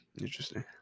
Interesting